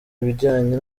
ibijyanye